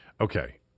okay